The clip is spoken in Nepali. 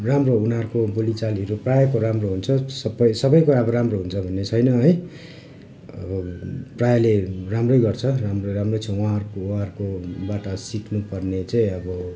राम्रो उनीहरूको बोली चालीहरू प्रायःको राम्रो हुन्छ सबै सबैको अब राम्रो हुन्छ भन्ने छैन है प्रायले राम्रै गर्छ राम्रै राम्रै छ उहाँंहरूको उहाँहरकोबाट सिक्नु पर्ने चै अब